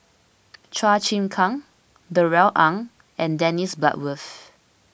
Chua Chim Kang Darrell Ang and Dennis Bloodworth